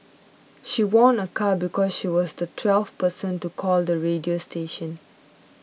she won a car because she was the twelfth person to call the radio station